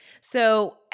So-